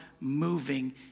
moving